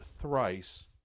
thrice